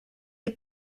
est